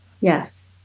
yes